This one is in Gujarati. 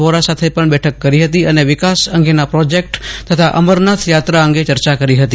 વોરા સાથે પજ્ઞ બેઠક કરી હતી અને વિકાસ અંગેના પ્રોજેક્ટ તથા અમરનાથ યાત્રા અંગે ચર્ચા કરી હતી